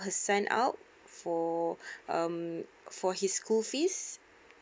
her son out for um for his school fees